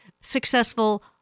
successful